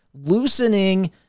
loosening